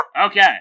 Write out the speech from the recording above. Okay